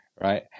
right